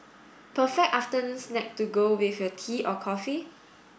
perfect afternoon snack to go with your tea or coffee